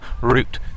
route